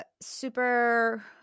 super